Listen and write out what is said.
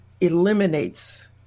eliminates